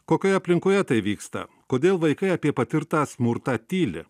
kokioj aplinkoje tai vyksta kodėl vaikai apie patirtą smurtą tyli